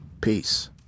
Peace